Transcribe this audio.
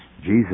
Jesus